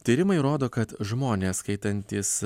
tyrimai rodo kad žmonės skaitantys